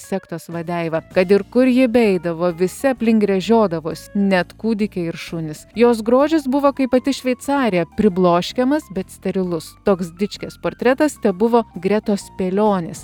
sektos vadeivą kad ir kur ji beeidavo visi aplink gręžiodavos net kūdikiai ir šunys jos grožis buvo kaip pati šveicarija pribloškiamas bet sterilus toks dičkės portretas tebuvo gretos spėlionės